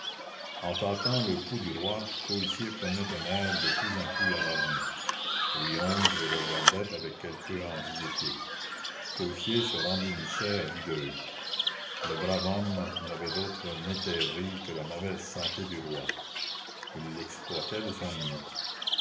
en tâtant le pouls du roi coictier prenait un air de plus en plus alarmé louis xi le regardait avec quelque anxiété coictier se rembrunissait à vue d'oeil le brave homme n'avait d'autre métairie que la mauvaise santé du roi il l'exploitait de son mieux